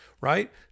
right